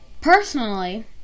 Personally